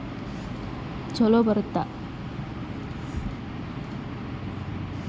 ಕೊಟ್ಟಿಗೆ ಗೊಬ್ಬರ ಹಾಕಿದರೆ ಬೆಳೆ ಚೊಲೊ ಬರುತ್ತದೆ ಏನ್ರಿ?